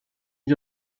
n’y